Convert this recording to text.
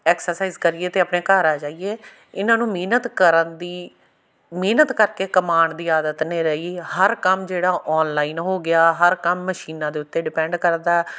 exercise ਕਰੀਏ ਅਤੇ ਆਪਣੇ ਘਰ ਆ ਜਾਈਏ ਇਹਨਾਂ ਨੂੰ ਮਿਹਨਤ ਕਰਨ ਦੀ ਮਿਹਨਤ ਕਰਕੇ ਕਮਾਉਣ ਦੀ ਆਦਤ ਨਹੀਂ ਰਹੀ ਹਰ ਕੰਮ ਜਿਹੜਾ ਔਨਲਾਈਨ ਹੋ ਗਿਆ ਹਰ ਕੰਮ ਮਸ਼ੀਨਾਂ ਦੇ ਉੱਤੇ ਡਿਪੈਂਡ ਕਰਦਾ